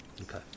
Okay